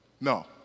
No